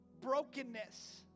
brokenness